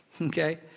Okay